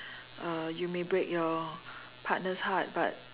uh you make break your partner's heart but